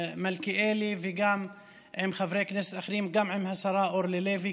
מלכיאלי וגם חברי כנסת אחרים וגם עם השרה אורלי לוי,